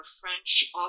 French